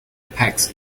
pegs